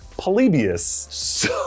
Polybius